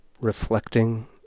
reflecting